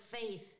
faith